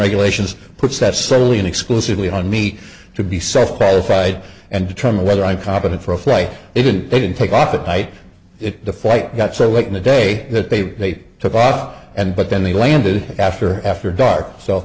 regulations puts that solely and exclusively on meat to be self satisfied and determine whether i'm competent for a flight they didn't they didn't take off that night if the flight got so late in the day that they took off and but then they landed after after dark so